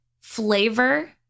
flavor